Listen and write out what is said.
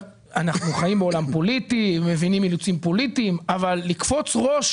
אנחנו חיים בעולם פוליטי ומבינים אילוצים פוליטיים אבל לקפוץ ראש